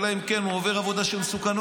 אלא אם כן הוא עובר עבירה של מסוכנות.